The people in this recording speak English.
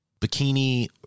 bikini